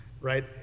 right